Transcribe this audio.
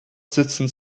sitzen